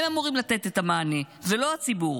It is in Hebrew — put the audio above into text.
הם אמורים לתת את המענה, ולא הציבור.